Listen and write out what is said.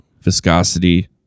viscosity